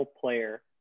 player